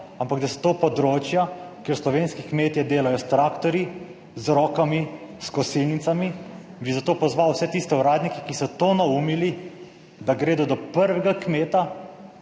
ampak da so to področja, kjer slovenski kmetje delajo s traktorji, z rokami, s kosilnicami, bi zato pozval vse tiste uradnike, ki so to naumili, da gredo do prvega kmeta,